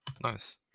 Nice